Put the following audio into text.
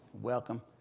welcome